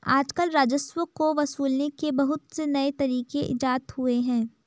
आजकल राजस्व को वसूलने के बहुत से नये तरीक इजात हुए हैं